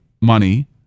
money